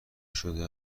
شده